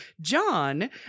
John